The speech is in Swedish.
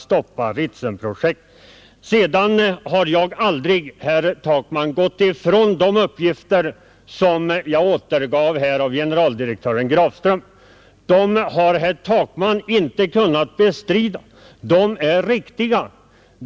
Sedan, herr Takman, har jag aldrig gått ifrån de uppgifter jag återgav av generaldirektör Grafström, och de uppgifterna har herr Takman heller inte kunnat bestrida. De är riktiga.